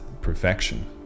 perfection